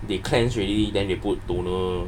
the cleanse already then they put toner